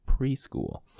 preschool